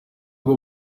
bwo